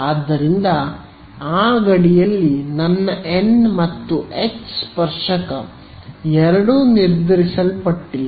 ಆದ್ದರಿಂದ ಆ ಗಡಿಯಲ್ಲಿ ನನ್ನ ಎನ್ ಮತ್ತು H ಸ್ಪರ್ಶಕ ಎರಡೂ ನಿರ್ಧರಿಸಲ್ಪಟ್ಟಿಲ್ಲ